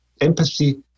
empathy